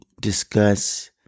discuss